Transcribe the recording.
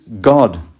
God